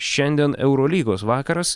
šiandien eurolygos vakaras